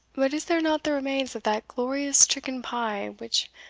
but is there not the remains of that glorious chicken-pie which,